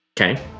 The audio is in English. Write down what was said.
Okay